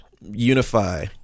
unify